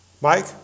Mike